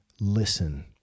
listen